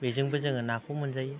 बेजोंबो जोंङो नाखौ मोनजायो